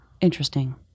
Interesting